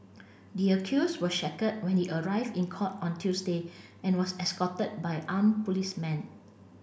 the accused was shackled when he arrived in court on Tuesday and was escorted by arm policemen